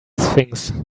sphinx